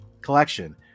collection